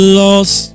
lost